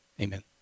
Amen